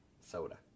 Soda